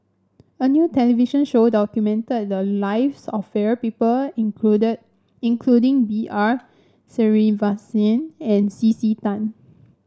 a new television show documented the lives of various people included including B R Sreenivasan and C C Tan